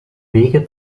wege